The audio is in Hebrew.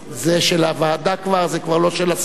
זה כבר של הוועדה, זה כבר לא של השר.